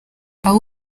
aho